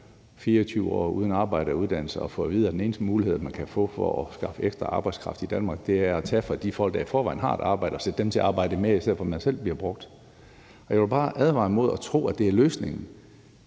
24 år uden arbejde og uddannelse og få at vide, at den eneste mulighed, man har for at skaffe ekstra arbejdskraft i Danmark, er at tage fra de folk, der i forvejen har et arbejde, og sætte dem til at arbejde mere, i stedet for at man selv bliver brugt. Jeg vil bare advare imod at tro, at det er løsningen